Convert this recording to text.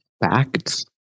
facts